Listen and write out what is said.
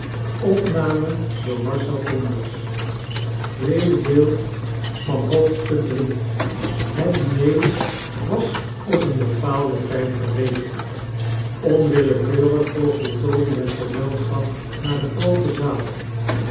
bet diner was op den bepaalden tijd gereed onwillekeurig volgde toby het gezelschap naar de groote zaal